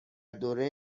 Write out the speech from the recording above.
دوره